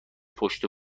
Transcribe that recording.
پشت